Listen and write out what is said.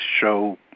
show